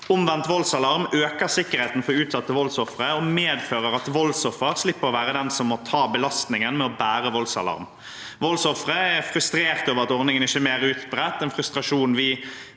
Omvendt voldsalarm øker sikkerheten for utsatte voldsofre og medfører at voldsofferet slipper å være den som må ta belastningen med å bære voldsalarm. Voldsofre er frustrert over at ordningen ikke er mer utbredt, og det er en frustrasjon vi